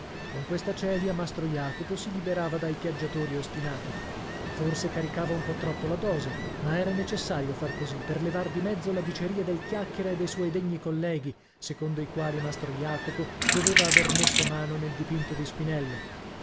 con questa celia mastro jacopo si liberava dai piaggiatori ostinati forse caricava un po troppo la dose ma era necessario far così per levar di mezzo la diceria del chiacchiera e de suoi degni colleghi secondo i quali mastro jacopo doveva aver messo mano nel dipinto di spinello